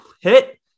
hit